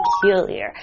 peculiar